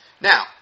Now